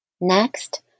Next